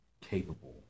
capable